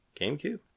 gamecube